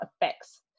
effects